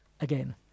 again